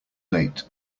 late